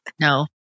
No